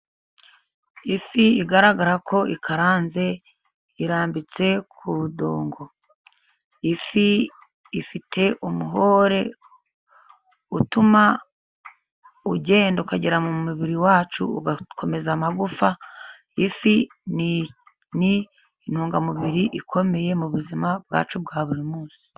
Ifi igaragara ko ikaranze, irambitse ku idongo. Ifi i ifite umuhore utuma ugenda ukagera mu mubiri wacu, ugakomeza amagufa, ifi ni intungamubiri ikomeye, mu buzima bwacu bwa buri munsi.